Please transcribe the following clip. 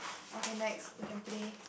okay next we can play